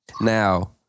now